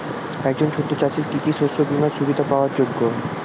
একজন ছোট চাষি কি কি শস্য বিমার সুবিধা পাওয়ার যোগ্য?